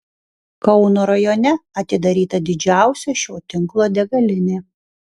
kauno rajone atidaryta didžiausia šio tinklo degalinė